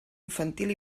infantil